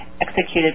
executed